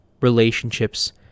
relationships